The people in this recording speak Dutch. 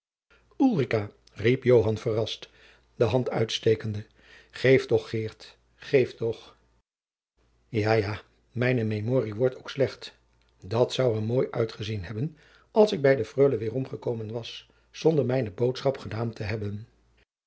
riep joan verrast de hand uitstekende geef toch geert geef toch ja ja mijn memorie wordt ook slecht dat zou er mooi uitgezien hebben als ik bij de freule weêrom gekomen was zonder mijne boodschap gedaan te hebben